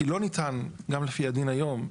כי לא ניתן גם לפי הדין היום.